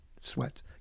sweats